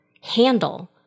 handle